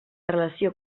relació